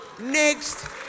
next